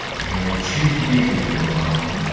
you may cheat me with your lying,